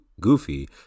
Goofy